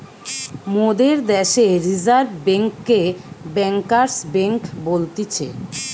মোদের দ্যাশে রিজার্ভ বেঙ্ককে ব্যাঙ্কার্স বেঙ্ক বলতিছে